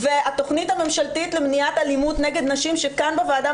התוכנית הממשלתית למניעת אלימות נגד נשים שמטופלת כאן בוועדה